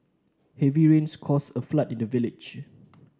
heavy rains caused a flood in the village